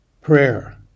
Prayer